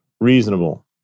reasonable